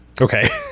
okay